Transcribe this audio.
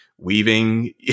weaving